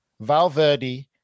Valverde